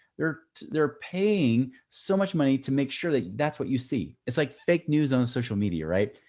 they're they're paying so much money to make sure that that's what you see. it's like fake news on social media. right?